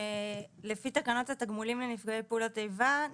שלפי תקנות התגמולים לנפגעי פעולות איבה,